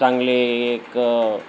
चांगले एक